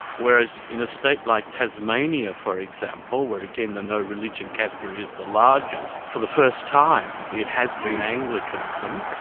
whereas in a state like tasmania, for example, where again the no-religion category is the largest, for the first time it has been anglicanism,